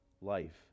life